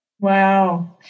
Wow